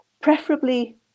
preferably